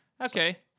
okay